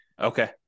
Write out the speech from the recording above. okay